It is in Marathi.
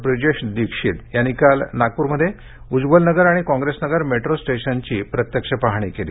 ब्रिजेश दिक्षित यांनी काल नागप्रमध्ये उज्ज्वलनगर आणि काँग्रेसनगर मेट्रो स्टेशनची प्रत्यक्ष पाहणी केली